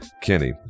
Kenny